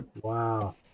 wow